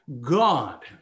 God